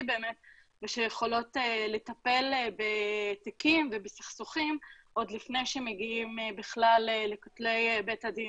ושיכולות לטפל בתיקים ובסכסוכים עוד לפני שמגיעים בכלל לכותלי בית הדין.